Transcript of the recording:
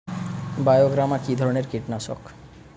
বায়োগ্রামা কিধরনের কীটনাশক?